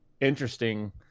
interesting